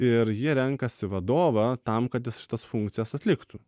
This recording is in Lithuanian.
ir jie renkasi vadovą tam kad jis šitas funkcijas atliktų